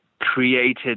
created